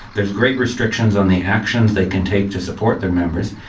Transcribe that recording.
there's great restrictions on the actions they can take to support their members,